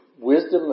wisdom